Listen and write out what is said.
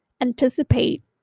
anticipate